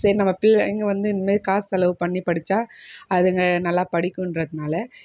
சரி நம்ம பிள்ளைங்க வந்து இந்தமாதிரி காசு செலவு பண்ணி படிச்சால் அதுங்க நல்லா படிக்குன்றதுனால்